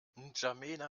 n’djamena